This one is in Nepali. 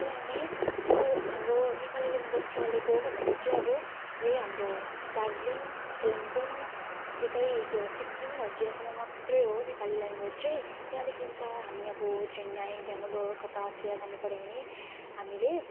किनभने अब हाम्रो नेपाली ल्याङग्वेज चलेको भनेको चाहिँ अब यहीँ हाम्रो दार्जीलिङ कालिम्पोङ यतै त्यो सिक्किमहरूतिर सम्म मात्रै हो नेपाली ल्याङ्ग्वेज चाहिँ त्यहाँदेखि उता हामी अब चेन्नई ब्याङ्लोर कतातिर जानुपऱ्यो भने हामीले